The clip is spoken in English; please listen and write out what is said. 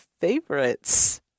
favorites